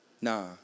Nah